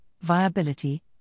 viability